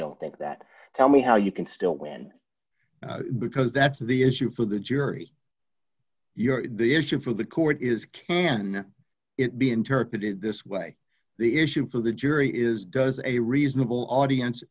don't think that tell me how you can still win because that's the issue for the jury the issue for the court is can it be interpreted this way the issue for the jury is does a reasonable audience